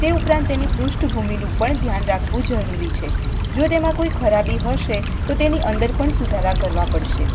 તે ઉપરાંત તેની પૃષ્ઠભૂમિનું પણ ધ્યાન રાખવું જરૂરી છે જો તેમાં કોઈ ખરાબી હશે તો તેની અંદર પણ સુધારા કરવા પડશે